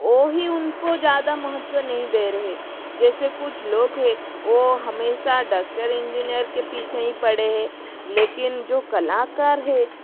वही उनको ज़्यादा महत्व नहीं दे रहे जैसे कुछ लोग हैं वह हमेशा डाक्टर इंजीनियर के पीछे ही पड़े हैं लेकिन जो कलाकार हैं